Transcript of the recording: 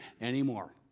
anymore